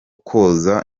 koza